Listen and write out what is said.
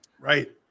Right